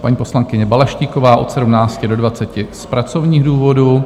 Paní poslankyně Balaštíková od 17 do 20 z pracovních důvodů;